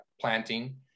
planting